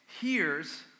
hears